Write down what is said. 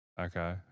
Okay